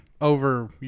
over